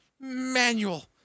Manual